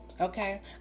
okay